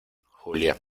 julia